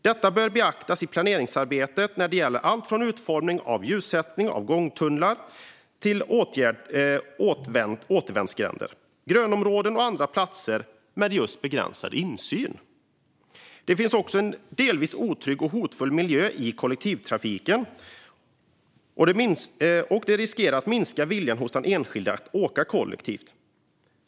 Detta bör beaktas i planeringsarbetet när det gäller allt från utformning av ljussättning i gångtunnlar till återvändsgränder, grönområden och andra platser med begränsad insyn. Det finns också en delvis otrygg och hotfull miljö i kollektivtrafiken, och det riskerar att minska viljan hos den enskilda att åka kollektivt.